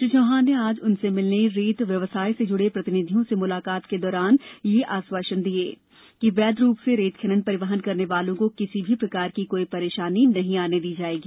श्री चौहान ने आज उनसे मिलने रेत व्यवसाय से जुड़े प्रतिनिधियों से मुलाकात के दौरान उन्हें यह आश्वसान दिया कि वैध रूप से रेत खनन परिवहन करने वालों को किसी भी प्रकार की कोई परेशानी नहीं आने दी जायेगी